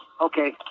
Okay